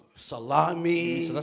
Salami